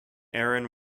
aaron